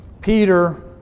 Peter